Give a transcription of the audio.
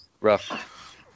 rough